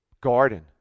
garden